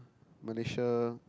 Malaysia